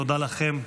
תודה לכם,